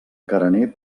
carener